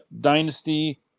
dynasty